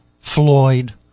Floyd